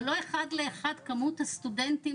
זה לא אחד לאחד כמות הסטודנטים